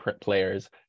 players